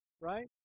Right